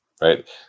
right